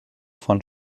von